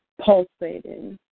pulsating